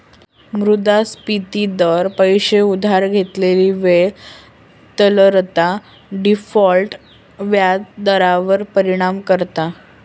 मुद्रास्फिती दर, पैशे उधार घेतलेली वेळ, तरलता, डिफॉल्ट व्याज दरांवर परिणाम करता